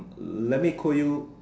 let me quote you